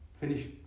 finished